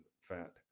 fat